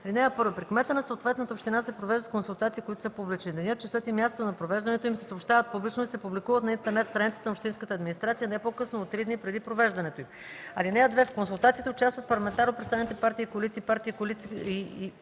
Чл. 91. (1) При кмета на съответната община се провеждат консултации, които са публични. Денят, часът и мястото на провеждането им се съобщават публично и се публикуват на интернет страницата на общинската администрация не по-късно от три дни преди провеждането им. (2) В консултациите участват парламентарно представените партии и коалиции и партиите и коалициите,